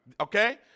okay